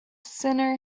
sinner